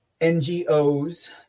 NGOs